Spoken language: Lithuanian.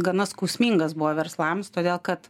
gana skausmingas buvo verslams todėl kad